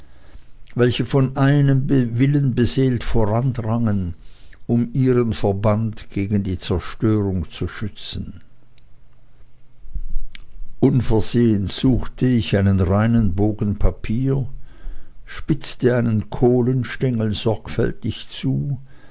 welche von einem willen beseelt vorandrangen um ihren verband gegen die zerstörung zu schützen unversehens suchte ich einen reinen bogen papier spitzte einen kohlenstengel sorgfältig zu